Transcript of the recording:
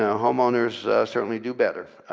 home owners certainly do better